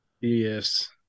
Yes